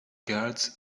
guards